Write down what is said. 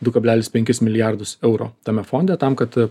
du kablelis penkis milijardus eurų tame fonde tam kad